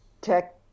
tech